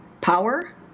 Power